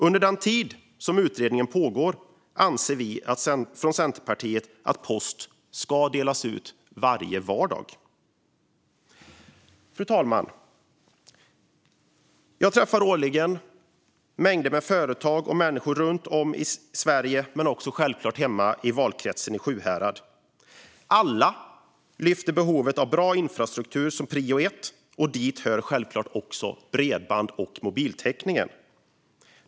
Under den tid som utredningen pågår anser Centerpartiet att post ska delas ut varje vardag. Fru talman! Jag träffar årligen mängder av företag och människor runt om i Sverige och givetvis hemma i valkretsen i Sjuhärad. Alla uppger att bra infrastruktur är prio ett, och dit hör självklart också bredband och mobiltäckningen.